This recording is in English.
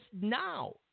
now